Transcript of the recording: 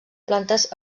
plantes